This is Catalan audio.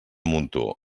muntó